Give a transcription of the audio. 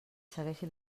segueixi